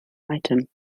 item